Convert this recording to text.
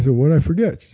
what'd i forget?